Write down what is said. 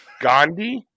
Gandhi